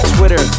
Twitter